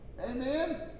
Amen